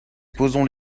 posons